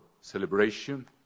celebration